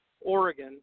Oregon